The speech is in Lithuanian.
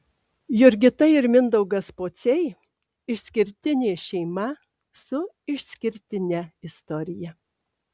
jurgita ir mindaugas pociai išskirtinė šeima su išskirtine istorija